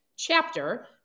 chapter